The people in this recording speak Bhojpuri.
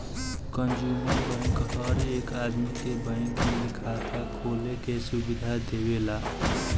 कंज्यूमर बैंक हर एक आदमी के बैंक में खाता खोले के सुविधा देवेला